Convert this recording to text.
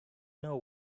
know